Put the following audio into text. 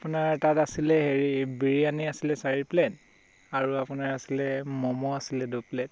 আপোনাৰ তাত আছিলে হেৰি বিৰিয়ানী আছিলে চাৰি প্লে'ট আৰু আপোনাৰ আছিলে ম'ম' আছিলে দুই প্লে'ট